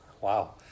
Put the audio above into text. Wow